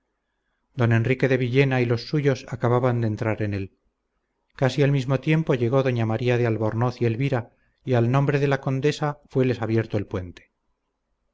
don enrique de villena y los suyos acababan de entrar en él casi al mismo tiempo llegó doña maría de albornoz y elvira y al nombre de la condesa fueles abierto el puente